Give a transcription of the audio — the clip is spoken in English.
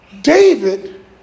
David